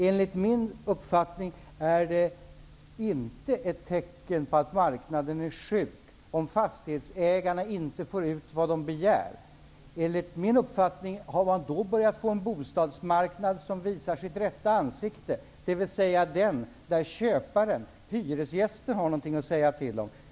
Enligt min uppfattning är det inte ett tecken på att marknaden är sjuk, om fastighetsägarna inte får ut vad de begär. Man har då i stället börjat få en bostadsmarknad som visar sitt rätta ansikte, dvs. en marknad där köparen-hyresgästen har något att säga till om.